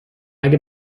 اگه